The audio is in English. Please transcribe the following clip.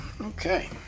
okay